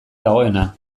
dagoena